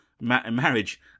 marriage